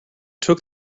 took